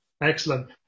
Excellent